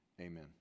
Amen